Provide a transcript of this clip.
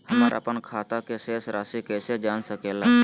हमर अपन खाता के शेष रासि कैसे जान सके ला?